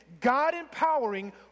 God-empowering